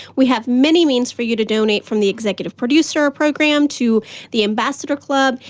we have many means for you to donate, from the executive producer program, to the ambassador club,